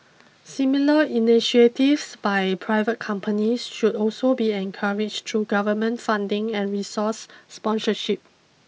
similar initiatives by private companies should also be encouraged through government funding and resource sponsorship